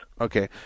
Okay